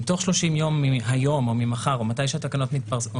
אם תוך 30 יום מהיום או ממחר או מתי שהתקנות מתפרסמות,